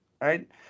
right